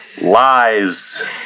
Lies